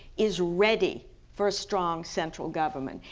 is ready for a strong central government.